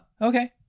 okay